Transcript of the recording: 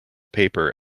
paper